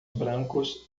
brancos